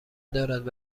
دارد